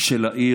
של העיר.